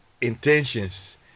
intentions